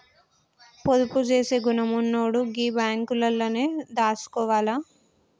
పొదుపు జేసే గుణమున్నోడు గీ బాంకులల్లనే దాసుకోవాల